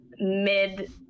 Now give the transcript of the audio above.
mid